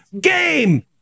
game